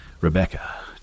Rebecca